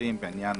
בעניין